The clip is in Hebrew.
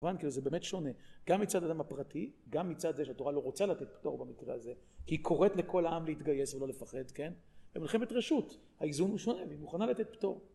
כאילו זה באמת שונה, גם מצד האדם הפרטי, גם מצד זה שהתורה לא רוצה לתת פטור במקרה הזה, כי היא קוראת לכל העם להתגייס ולא לפחד, כן, במלחמת רשות האיזון הוא שונה, והיא מוכנה לתת פטור.